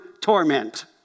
torment